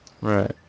Right